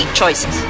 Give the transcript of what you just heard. choices